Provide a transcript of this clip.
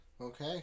Okay